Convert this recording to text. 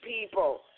people